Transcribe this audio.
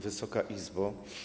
Wysoka Izbo!